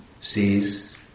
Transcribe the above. sees